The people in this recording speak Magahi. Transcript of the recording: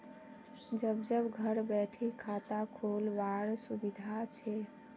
जब जब घर बैठे खाता खोल वार सुविधा छे